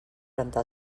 rentar